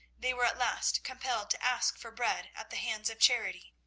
they were at last compelled to ask for bread at the hands of charity.